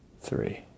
three